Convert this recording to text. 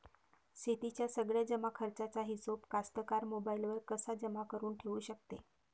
शेतीच्या सगळ्या जमाखर्चाचा हिशोब कास्तकार मोबाईलवर कसा जमा करुन ठेऊ शकते?